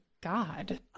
god